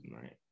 Right